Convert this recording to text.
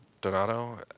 Donato